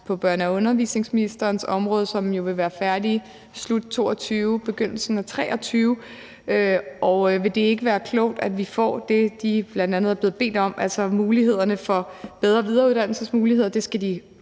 på børne- og undervisningsministerens område, som jo vil være færdig i slutningen af 2022 eller begyndelsen af 2023? Vil det ikke være klogt, at vi får det, de bl.a. er blevet bedt om at undersøge, altså mulighederne for bedre videreuddannelsesmuligheder, som de